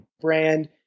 brand